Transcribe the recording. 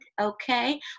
okay